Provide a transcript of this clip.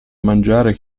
mangiare